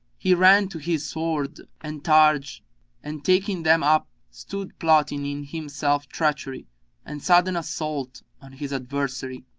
he ran to his sword and targe and taking them up stood plotting in himself treachery and sudden assault on his adversary.